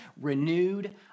renewed